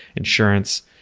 insurance,